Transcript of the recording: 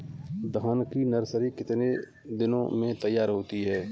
धान की नर्सरी कितने दिनों में तैयार होती है?